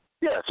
Yes